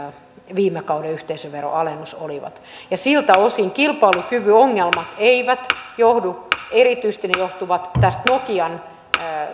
viime kauden yhteisöveroalennus olivat siitä kilpailukyvyn ongelmat eivät johdu erityisesti ne johtuvat tästä nokian